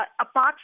apart